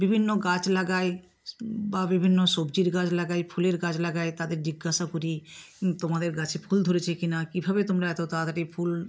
বিভিন্ন গাছ লাগায় বা বিভিন্ন সবজির গাছ লাগায় ফুলের গাছ লাগায় তাদের জিজ্ঞাসা করি তোমাদের গাছে ফুল ধরেছে কি না কীভাবে তোমরা এতো তাড়াতাড়ি ফুল